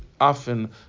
often